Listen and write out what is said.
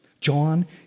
John